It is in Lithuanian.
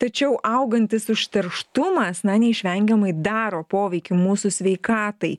tačiau augantis užterštumas na neišvengiamai daro poveikį mūsų sveikatai